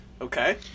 Okay